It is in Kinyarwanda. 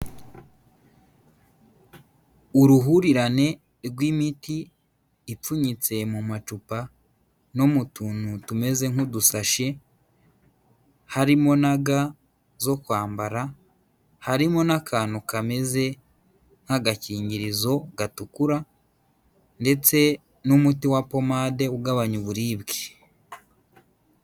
Uruhurirane rw'imiti ipfunyitse mu macupa no mu tuntu tumeze nk'udusashi, harimo na ga zo kwambara, harimo n'akantu kameze nk'agakingirizo gatukura ndetse n'umuti wa pomade ugabanya uburibwe.